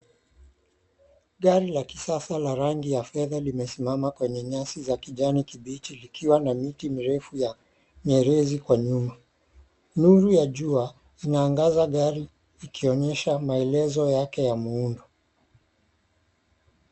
Gari la kisasa la rangi ya fedha limesimama kwenye nyasi za kijani kibichi likiwa na miti mirefi ya nyerezi kwa nyuma. Nuru ya jua inaangaza gari ikionyesha maelezo yake ya muundo.